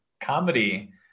comedy